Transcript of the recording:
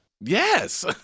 Yes